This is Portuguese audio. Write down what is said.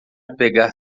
pegar